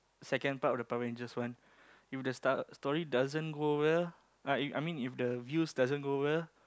second part of the Power-Rangers one if the star story doesn't goes well I I mean if the views doesn't go well